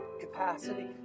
capacity